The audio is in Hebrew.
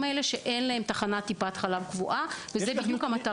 שאין להם תחנת טיפת חלב קבועה וזו בדיוק המטרה